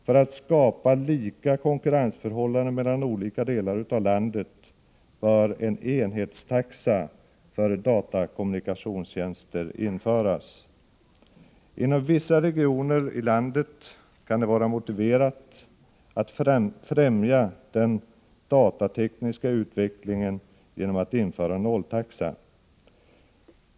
För att skapa lika konkurrensförhållanden mellan olika delar av landet bör en enhetstaxa för datakommunikationstjänster införas. Inom vissa regioner i landet kan det vara motiverat att främja den datatekniska utvecklingen genom att införa nolltaxa.